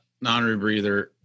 non-rebreather